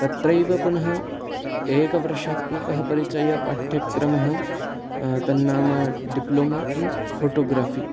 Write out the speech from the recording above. तत्रैव पुनः एकवर्षात्मकः परिचयपाठ्यक्रमः तन्नाम डिप्लोमा इन् फ़ोटोग्राफी